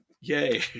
yay